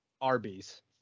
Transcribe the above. Arby's